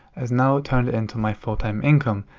has now turned into my full-time income.